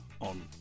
on